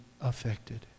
affected